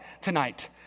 tonight